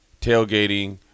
tailgating